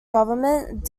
government